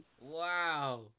Wow